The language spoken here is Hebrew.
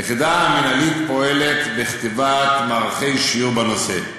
היחידה המינהלית פועלת בכתיבת מערכי שיעור בנושא.